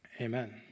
amen